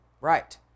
right